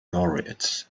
laureates